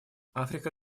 африка